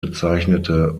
bezeichnete